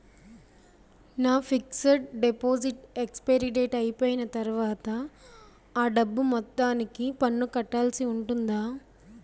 నా fixed deposit expiry date అయిపోయిన తర్వాత అ డబ్బు మొత్తానికి పన్ను కట్టాల్సి ఉంటుందా?